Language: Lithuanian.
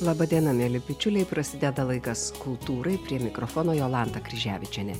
laba diena mieli bičiuliai prasideda laikas kultūrai prie mikrofono jolanta kryževičienė